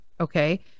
okay